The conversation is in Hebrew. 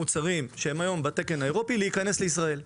מוצרים שהם היום בתקן האירופי להיכנס לישראל.